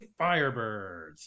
Firebirds